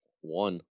one